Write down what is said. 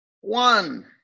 one